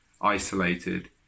isolated